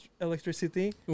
electricity